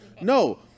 No